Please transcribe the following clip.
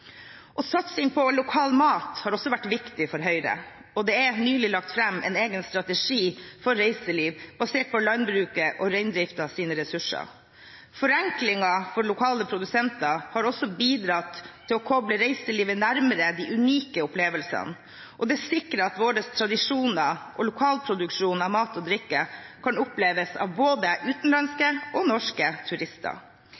Satsing på lokal mat har også vært viktig for Høyre, og det er nylig lagt fram en egen strategi for reiseliv basert på landbrukets og reindriftens ressurser. Forenklinger for lokale produsenter har også bidratt til å koble reiselivet nærmere de unike opplevelsene. Det sikrer at våre tradisjoner og lokalproduksjon av mat og drikke kan oppleves av både